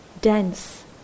dense